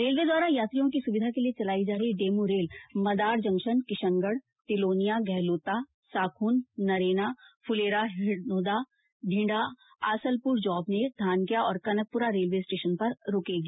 railway द्वारा यात्रियों की सुविधा के लिए चलाई जा रही DEMU rail Madar junction Kishangarh Tilonia Gahlota Sakhun Narena Phulera Hirnoda Dhindha Asalpur Jobner Dhankya और कनकपुरा रेलवे स्टेशन पर रूकेगी